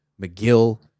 McGill